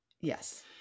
Yes